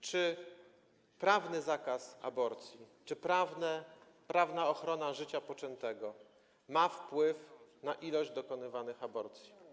Czy prawny zakaz aborcji, czy prawna ochrona życia poczętego ma wpływ na liczbę dokonywanych aborcji?